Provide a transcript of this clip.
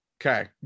okay